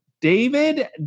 David